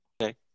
Okay